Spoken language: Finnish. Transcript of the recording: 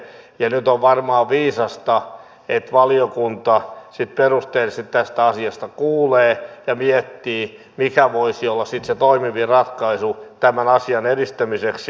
ja nyt on varmaan viisasta että valiokunta sitten perusteellisesti tästä asiasta kuulee ja miettii mikä voisi olla sitten se toimivin ratkaisu tämän asian edistämiseksi